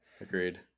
Agreed